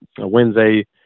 Wednesday